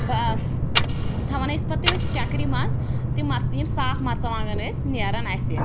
بہٕ ٲں تھاوان ٲسۍ پتہٕ تِم أسۍ ٹیٚکرِ مَنٛز تِم مَرژٕ یم صاف مَرژٕوانٛگن ٲسۍ نیران اسہِ